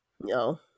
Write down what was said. no